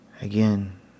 Again